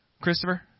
Christopher